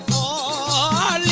o